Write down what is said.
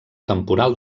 temporal